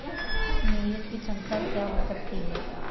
निवेश की क्षमता क्या हो सकती है?